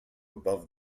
above